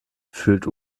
fühlt